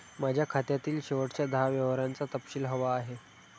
माझ्या खात्यातील शेवटच्या दहा व्यवहारांचा तपशील हवा आहे